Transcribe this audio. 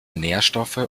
nährstoffe